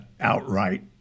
outright